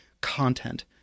content